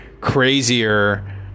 crazier